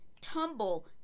tumble